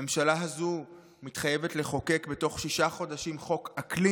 הממשלה הזאת מתחייבת לחוקק בתוך שישה חודשים חוק אקלים